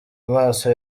amaso